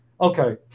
Okay